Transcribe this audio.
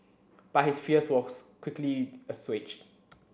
but his fears were quickly assuaged